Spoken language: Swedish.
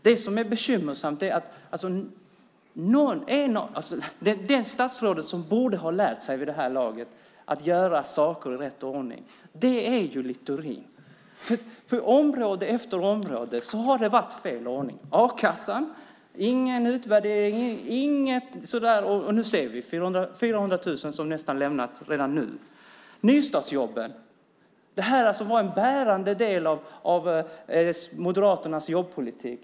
Det bekymmersamma är att det statsråd som vid det här laget borde ha lärt sig att göra saker i rätt ordning är Littorin. På område efter område har det varit fel ordning. Det gäller a-kassan. Det var ingen utvärdering. Och nu ser vi att nästan 400 000 har lämnat detta redan nu. Nystartsjobben var en bärande del av Moderaternas jobbpolitik.